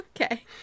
Okay